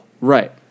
Right